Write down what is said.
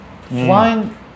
Flying